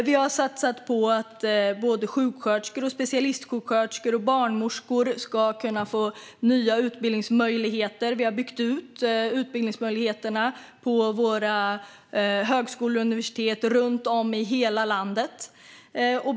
Vi har satsat på att sjuksköterskor, specialistsjuksköterskor och barnmorskor ska få nya utbildningsmöjligheter. Vi har byggt ut utbildningsmöjligheterna på våra högskolor och universitet runt om i hela landet.